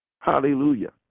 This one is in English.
Hallelujah